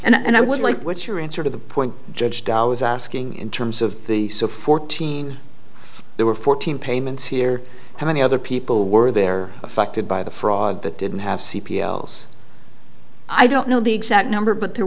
and i would like what your answer to the point judge da was asking in terms of the so fourteen there were fourteen payments here how many other people were there affected by the fraud but didn't have c p o i don't know the exact number but there